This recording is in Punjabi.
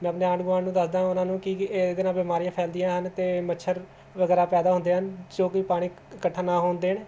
ਮੈਂ ਆਪਣੇ ਆਂਢ ਗੁਆਂਢ ਨੂੰ ਦੱਸਦਾ ਉਹਨਾਂ ਨੂੰ ਕਿ ਇਹਦੇ ਨਾਲ ਬਿਮਾਰੀਆਂ ਫੈਲਦੀਆਂ ਹਨ ਅਤੇ ਮੱਛਰ ਵਗੈਰਾ ਪੈਦਾ ਹੁੰਦੇ ਹਨ ਜੋ ਕਿ ਪਾਣੀ ਇਕੱਠਾ ਨਾ ਹੋਣ ਦੇਣ